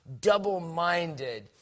double-minded